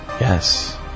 yes